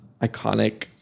iconic